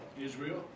Israel